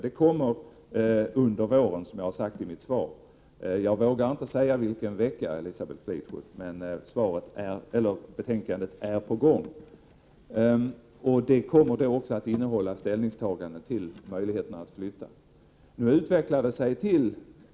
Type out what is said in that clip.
Det kommer, som jag sagt i mitt svar, under våren. Jag vågar inte säga vilken vecka, Elisabeth Fleetwood, men betänkandet är på gång. Det kommer också att innehålla ställningstagande till möjligheterna att flytta.